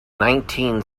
nineteen